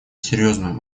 серьезную